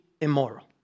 immoral